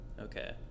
Okay